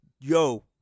yo